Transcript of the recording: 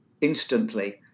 instantly